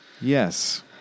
Yes